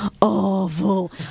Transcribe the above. awful